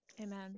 Amen